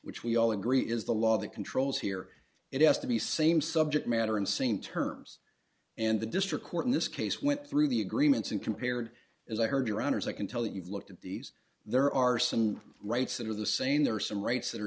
which we all agree is the law that controls here it has to be same subject matter and same terms and the district court in this case went through the agreements and compared as i heard your honour's i can tell that you've looked at these there are some rights that are the same there are some rights that are